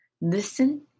Listen